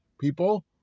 people